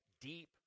deep